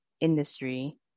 industry